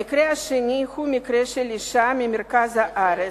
המקרה השני הוא מקרה של אשה ממרכז הארץ,